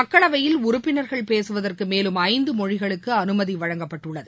மக்களவையில் உறுப்பினர்கள் பேசுவதற்கு மேலும் ஐந்து மொழிகளுக்கு அனுமதி வழங்கப்பட்டுள்ளது